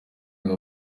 ngo